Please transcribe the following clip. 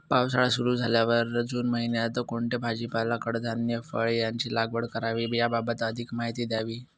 पावसाळा सुरु झाल्यावर जून महिन्यात कोणता भाजीपाला, कडधान्य, फळे यांची लागवड करावी याबाबत अधिक माहिती द्यावी?